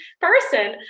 person